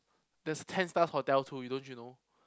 there's ten stars hotels too don't you know